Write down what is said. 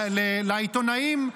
לעיתונאים,